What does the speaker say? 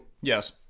Yes